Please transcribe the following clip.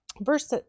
Verse